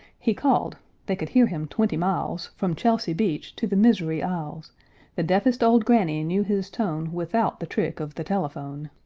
he called they could hear him twenty miles, from chelsea beach to the misery isles the deafest old granny knew his tone without the trick of the telephone.